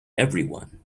everyone